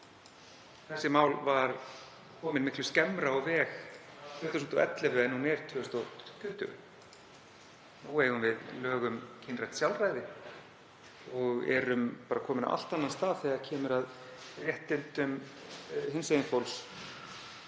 þessi mál var komin miklu skemmra á veg 2011 en hún er 2020. Nú eigum við lög um kynrænt sjálfræði og erum bara komin á allt annan stað þegar kemur að réttindum hinsegin fólks,